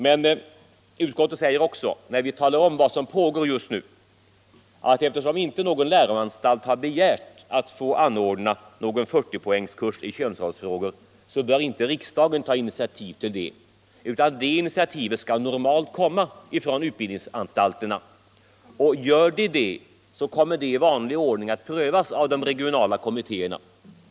Men i betänkandet säger vi också, när vi talar om vad som pågår just nu, att eftersom inte någon läroanstalt ännu har begärt att få anordna någon 40-poängskurs i könsrollsfrågor, bör inte riksdagen ta initiativ till en sådan, utan det initiativet skall normalt komma från utbildningsanstalterna. Och kommer ett sådant initiativ skall det i vanlig ordning prövas av de regionala kommittéerna.